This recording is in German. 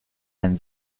ein